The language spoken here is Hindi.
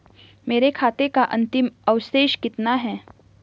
मेरे खाते का अंतिम अवशेष कितना है?